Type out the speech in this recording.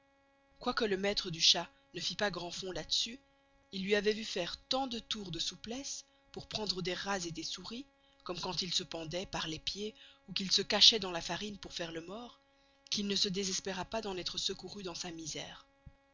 quoique le maistre du chat ne fist pas grand fond là-dessus il lui avoit veu faire tant de tours de souplesse pour prendre des rats et des souris comme quand il se pendoit par les pieds ou qu'il se cachoit dans la farine pour faire le mort qu'il ne desespéra pas d'en estre secouru dans sa misere